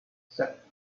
sep